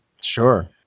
Sure